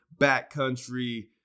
backcountry